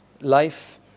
Life